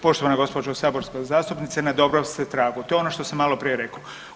Poštovana gospođo saborska zastupnice na dobrom ste tragu, to je ono što sam maloprije rekao.